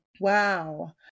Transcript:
Wow